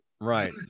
Right